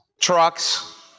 trucks